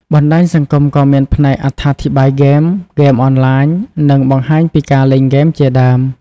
បណ្តាញសង្គមក៏មានផ្នែកអត្ថាធិប្បាយហ្គេម ហ្គេមអនឡាញ និងបង្ហាញពីការលេងហ្គេមជាដើម។